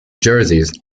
jerseys